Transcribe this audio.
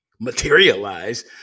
materialize